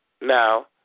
Now